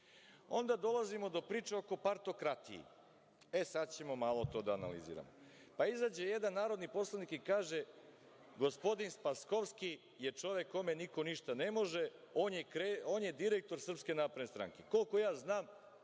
dolazimo do priče oko partokratije. E, sad ćemo malo to da analiziramo. Izađe jedan narodni poslanik i kaže – Gospodin Spaskovski je čovek kome niko ništa ne može, on je direktor Srpske napredne stranke. Koliko ja znam,